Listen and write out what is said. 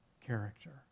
character